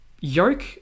Yoke